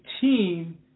team